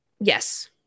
Yes